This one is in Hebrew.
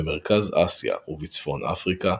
במרכז אסיה ובצפון אפריקה,